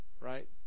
Right